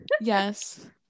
yes